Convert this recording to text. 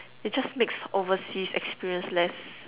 it just makes overseas experience less